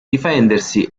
difendersi